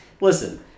listen